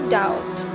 doubt